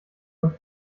man